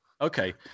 Okay